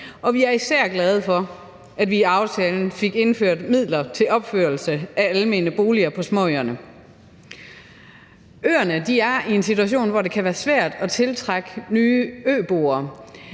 vi er især glade for, at vi i aftalen fik indført midler til opførelse af almene boliger på småøerne. Øerne er i en situation, hvor det kan være svært at tiltrække nye øboere,